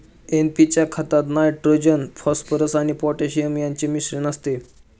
NP च्या खतात nitrogen, phosphorus आणि पोटॅशियम यांचे मिश्रण असते